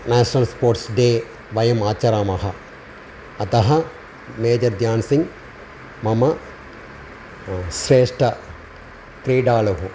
national sports day वयम् आचरामः अतः मेजर् द्यान्सिङ्गः मम श्रेष्ठः क्रीडालुः